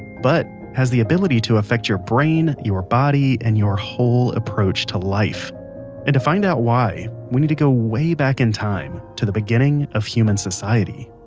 but has the ability to affect your brain, your body, and your whole approach to life and to find out why, we need to go way back in time, to the beginning of human society